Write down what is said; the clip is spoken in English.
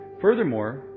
Furthermore